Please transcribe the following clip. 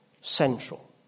central